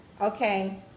Okay